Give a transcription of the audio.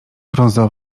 brązo